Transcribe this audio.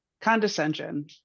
Condescension